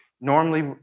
normally